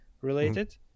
related